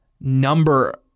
number